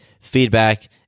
feedback